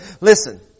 Listen